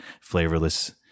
flavorless